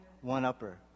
one-upper